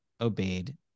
obeyed